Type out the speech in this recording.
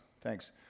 Thanks